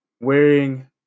wearing